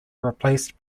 replaced